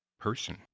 person